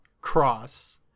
cross